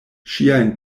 ŝiajn